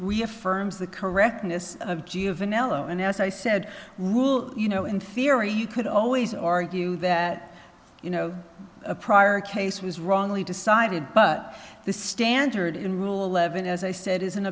affirm as the correctness of juvenile oh and as i said rule you know in theory you could always argue that you know a prior case was wrongly decided but the standard in rule eleven as i said is an